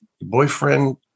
boyfriend